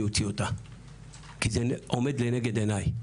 אני אוציא אותה כי זה עומד לנגד עיניי.